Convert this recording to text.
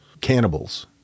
Cannibals